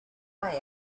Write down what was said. way